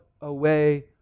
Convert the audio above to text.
away